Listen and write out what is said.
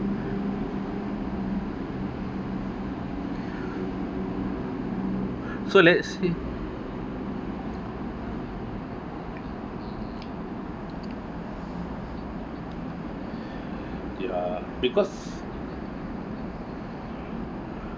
so let's see ya lah because